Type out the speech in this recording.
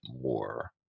more